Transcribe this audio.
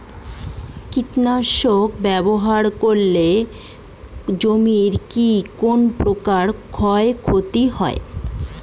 কীটনাশক ব্যাবহার করলে জমির কী কোন প্রকার ক্ষয় ক্ষতি হয়?